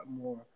more